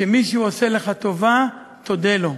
שכשמישהו עושה לך טובה, תודה לו.